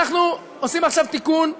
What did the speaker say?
אנחנו עושים עכשיו תיקון,